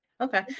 Okay